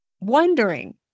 wondering